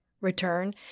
return